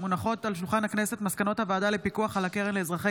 מונחות על שולחן הכנסת מסקנות הוועדה לפיקוח על הקרן לאזרחי